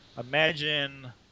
Imagine